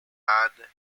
and